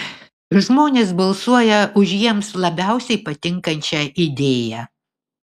žmonės balsuoja už jiems labiausiai patinkančią idėją